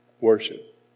Worship